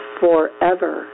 forever